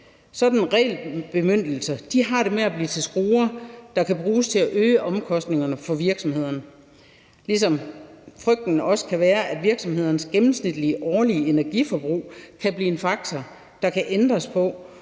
Sådanne bemyndigelser har det med at blive til skruer, der kan bruges til at øge omkostningerne for virksomhederne, ligesom frygten også kan være, at virksomhedernes gennemsnitlige årlige energiforbrug kan blive en faktor, der kan ændres på,